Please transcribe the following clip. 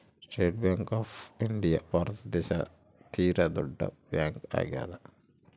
state Bank of India Bharat ದೇಶದ ತೀರ ದೊಡ್ಡ ಬ್ಯಾಂಕ್ ಆಗ್ಯಾದ